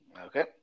Okay